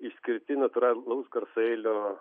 išskirti natūralaus garsaeilio